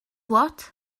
what